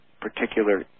particular